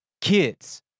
kids